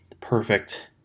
perfect